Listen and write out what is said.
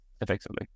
effectively